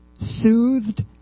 soothed